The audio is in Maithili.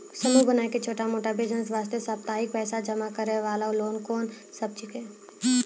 समूह बनाय के छोटा मोटा बिज़नेस वास्ते साप्ताहिक पैसा जमा करे वाला लोन कोंन सब छीके?